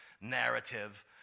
narrative